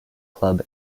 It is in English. club